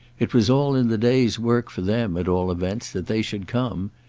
it was all in the day's work for them, at all events, that they should come.